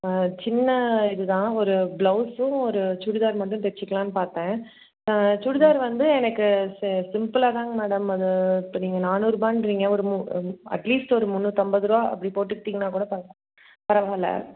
சின்ன இதுதான் ஒரு பிளவுஸும் ஒரு சுடிதார் மட்டும் தைச்சிக்கலான்னு பார்த்தேன் சுடிதார் வந்து எனக்கு ச சிம்பிளாக தாங்க மேடம் அது இப்போ நீங்கள் நானூறுபாங்றிங்க ஒரு மூ அட்லீஸ்ட் ஒரு முன்னுாற்றம்பது ரூபா அப்படி போட்டுக்கிட்டிங்கன்னால் கூட பர பரவாயில்ல